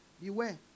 Beware